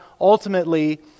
Ultimately